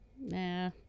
Nah